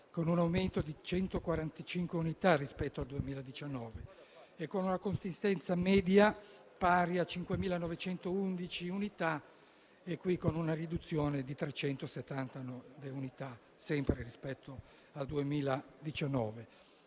con un aumento di 145 unità rispetto al 2019, e con una consistenza media pari a 5.911 unità, in questo caso con una riduzione di 370 unità sempre rispetto al 2019.